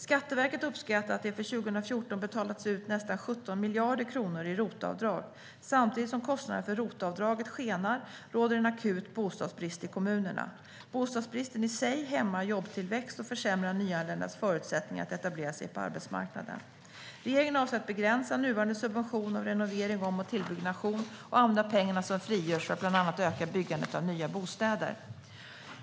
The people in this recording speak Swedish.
Skatteverket uppskattar att det för 2014 har betalats ut nästan 17 miljarder kronor i ROT-avdrag. Samtidigt som kostnaderna för ROT-avdraget skenar råder det en akut bostadsbrist i kommunerna. Bostadsbristen i sig hämmar jobbtillväxten och försämrar nyanländas förutsättningar att etablera sig på arbetsmarknaden. Regeringen avser att begränsa nuvarande subvention av renovering samt om och tillbyggnation och använda pengarna som frigörs för att bland annat öka byggandet av nya bostäder.